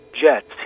jets